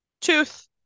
tooth